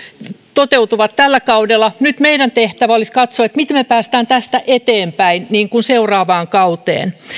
toteutuvat tällä kaudella nyt meidän tehtävämme olisi katsoa miten me pääsemme tästä eteenpäin seuraavaan kauteen